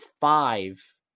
five